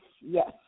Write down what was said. yes